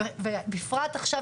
ובפרט עכשיו,